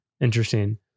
Interesting